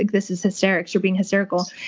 like this is hysterics. you're being hysterical.